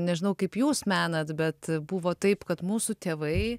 nežinau kaip jūs menat bet buvo taip kad mūsų tėvai